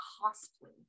costly